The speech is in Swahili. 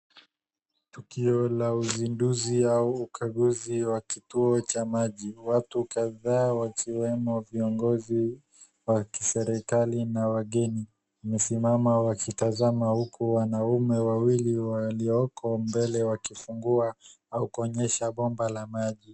Tukio la uzinduzi au ukaguzi wa kituo cha maji watu kadhaa wakiwemo viongozi wa kiserikali na wageni wamesimama wakitazama huku wanaume wawili walioko mbele wakifungua au kuonyesha bomba la maji.